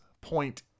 point